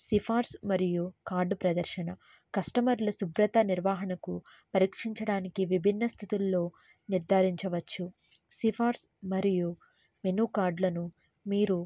సిఫారసు మరియు కార్డు ప్రదర్శన కస్టమర్లు శుభ్రత నిర్వహణకు పరీక్షించడానికి విభిన్న స్థితుల్లో నిర్ధారించవచ్చు సిఫారసు మరియు మెనూ కార్డ్లను మీరు